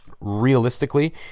Realistically